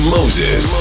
Moses